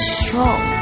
strong